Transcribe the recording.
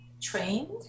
trained